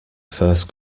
first